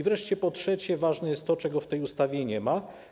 Wreszcie po trzecie, ważne jest to, czego w tej ustawie nie ma.